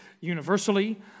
universally